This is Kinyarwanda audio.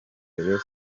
rayon